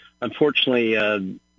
unfortunately